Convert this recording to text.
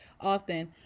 often